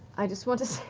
i just want to say.